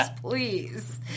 please